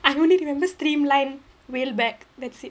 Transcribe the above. I only remember streamline reel back that's it